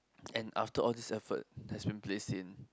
and after all this effort has been place in